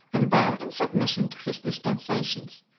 and bow in submission to his dispensations,